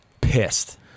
pissed